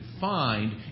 find